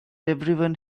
everyone